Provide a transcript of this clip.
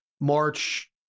March